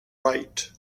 right